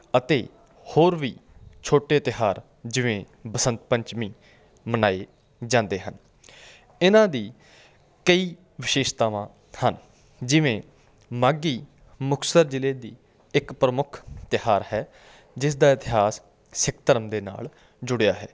ਅਤੇ ਹੋਰ ਵੀ ਛੋਟੇ ਤਿਉਹਾਰ ਜਿਵੇਂ ਬਸੰਤ ਪੰਚਮੀ ਮਨਾਏ ਜਾਂਦੇ ਹਨ ਇਹਨਾਂ ਦੀ ਕਈ ਵਿਸ਼ੇਸ਼ਤਾਵਾਂ ਹਨ ਜਿਵੇਂ ਮਾਘੀ ਮੁਕਤਸਰ ਜ਼ਿਲ੍ਹੇ ਦੀ ਇੱਕ ਪ੍ਰਮੁੱਖ ਤਿਉਹਾਰ ਹੈ ਜਿਸ ਦਾ ਇਤਿਹਾਸ ਸਿੱਖ ਧਰਮ ਦੇ ਨਾਲ ਜੁੜਿਆ ਹੈ